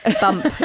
bump